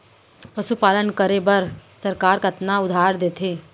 पशुपालन करे बर सरकार कतना उधार देथे?